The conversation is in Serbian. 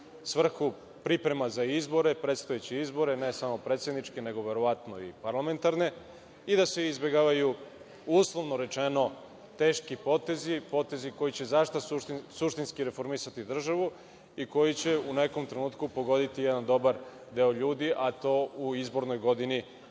svrhu priprema za izbore, predstojeće izbore, ne samo predsednički, nego verovatno i parlamentarne, i da se izbegavaju, uslovno rečeno, teški potezi, potezi koji će suštinski reformisati državu i koji će u nekom trenutku pogoditi jedan dobar deo ljudi, a to u izbornoj godini nije